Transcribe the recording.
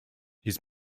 his